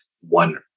one